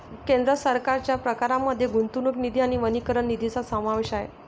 केंद्र सरकारच्या प्रकारांमध्ये गुंतवणूक निधी आणि वनीकरण निधीचा समावेश आहे